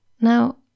Now